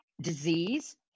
disease